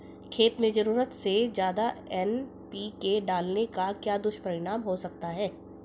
खेत में ज़रूरत से ज्यादा एन.पी.के डालने का क्या दुष्परिणाम हो सकता है?